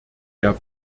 der